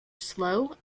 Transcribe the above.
slow